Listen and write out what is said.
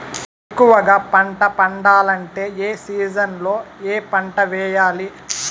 ఎక్కువగా పంట పండాలంటే ఏ సీజన్లలో ఏ పంట వేయాలి